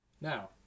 Now